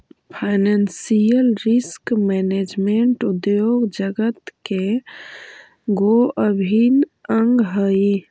financial risk management उद्योग जगत के गो अभिन्न अंग हई